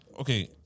Okay